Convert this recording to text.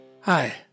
Hi